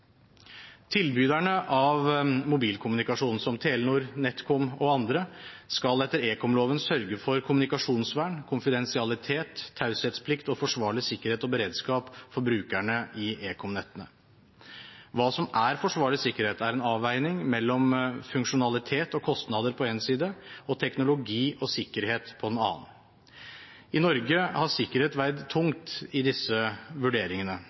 Tilbyderne av mobilkommunikasjon, som Telenor, NetCom og andre, skal etter ekomloven sørge for kommunikasjonsvern, konfidensialitet, taushetsplikt og forsvarlig sikkerhet og beredskap for brukerne i ekomnettene. Hva som er forsvarlig sikkerhet, er en avveining mellom funksjonalitet og kostnader på den ene siden og teknologi og sikkerhet på den andre. I Norge har sikkerhet veid tungt i disse vurderingene,